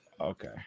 Okay